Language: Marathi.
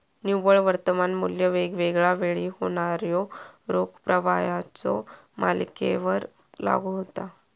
निव्वळ वर्तमान मू्ल्य वेगवेगळा वेळी होणाऱ्यो रोख प्रवाहाच्यो मालिकेवर लागू होता